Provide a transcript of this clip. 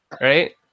right